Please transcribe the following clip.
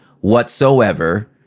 whatsoever